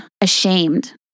ashamed